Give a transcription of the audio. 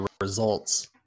results